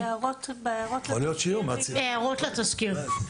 הערות לתזכיר.